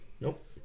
Nope